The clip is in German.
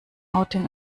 outing